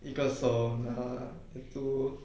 一个手拿